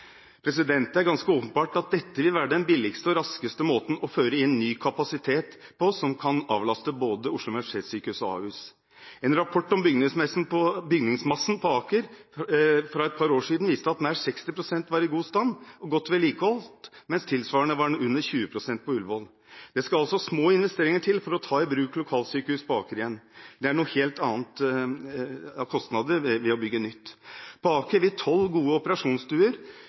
Det er ganske åpenbart at dette vil være den billigste og raskeste måten å føre inn ny kapasitet på som kan avlaste både Oslo universitetssykehus og Ahus. En rapport om bygningsmassen til Aker sykehus for et par år siden, viste at nær 60 pst. var i god stand og godt vedlikeholdt, mens den tilsvarende andelen for Ullevål sykehus var under 20 pst. Det skal altså små investeringer til for å ta i bruk lokalsykehuset på Aker igjen. Det er helt andre kostnader ved å bygge nytt. På Aker vil 12 gode